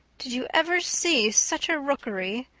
did you ever see such a rookery?